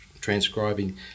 transcribing